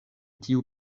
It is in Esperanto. tiu